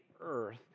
earth